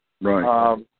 Right